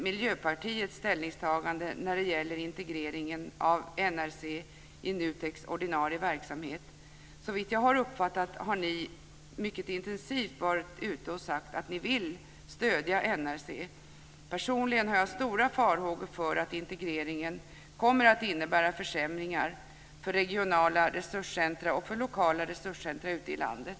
Miljöpartiets ställningstagande när det gäller integreringen av NRC i NUTEK:s ordinarie verksamhet. Såvitt jag har förstått har ni mycket intensivt varit ute och sagt att ni vill stödja NRC. Personligen har jag stora farhågor för att integreringen kommer att innebära försämringar för regionala resurscentrum och för lokala resurscentrum ute i landet.